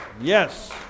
Yes